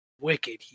wicked